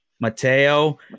Mateo